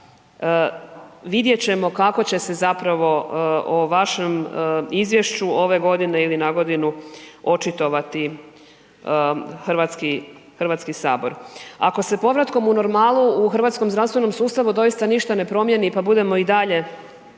Vidjet ćemo kako će se zapravo o vašem izvješću ove godine ili nagodinu očitovati Hrvatski sabor. Ako se povratkom u normalu u hrvatskom zdravstvenom sustavu doista ništa ne promijeni pa budemo i dalje